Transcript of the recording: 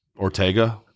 Ortega